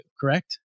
correct